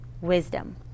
wisdom